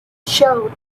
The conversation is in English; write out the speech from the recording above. showed